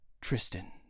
Tristan